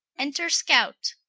enter scout.